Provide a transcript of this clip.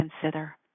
consider